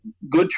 good